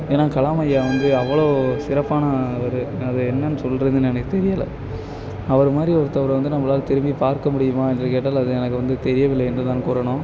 ஏன்னா கலாம் ஐயா வந்து அவ்வளோ சிறப்பானவர் எனக்கு என்னென்னு சொல்கிறது எனக்கு தெரியலை அவர் மாதிரி ஒருத்தவர் வந்து நம்மளால திரும்பி பார்க்க முடியுமா என்று கேட்டால் அது எனக்கு வந்து தெரியவில்லை என்று நான் கூறணும்